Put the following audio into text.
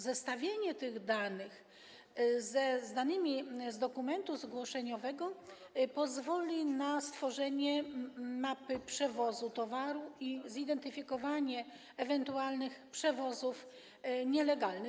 Zestawienie tych danych z danymi z dokumentu zgłoszeniowego pozwoli na stworzenie mapy przewozu towaru i zidentyfikowanie ewentualnych przewozów nielegalnych.